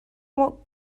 what